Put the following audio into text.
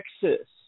Texas